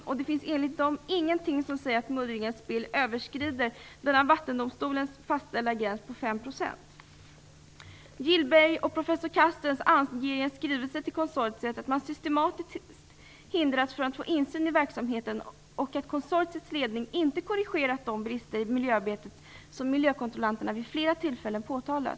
Enligt dem finns det ingenting som säger att muddringens spill överskrider den av Vattendomstolen fastställda gränsen på 5 %. Björn O Gillberg och professor Carstens anger i en skrivelse till konsortiet att man systematiskt hindrats från att få insyn i verksamheten och att konsortiets ledning inte korrigerat de brister i miljöarbetet som miljökontrollanterna vid flera tillfällen påtalat.